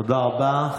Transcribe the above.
תודה רבה.